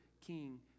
king